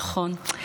נכון.